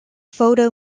photo